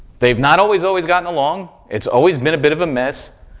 they've not always, always gotten along. it's always been a bit of a mess,